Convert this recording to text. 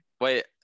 Wait